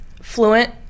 fluent